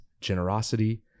generosity